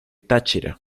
táchira